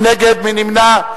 מי נגד?